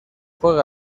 juega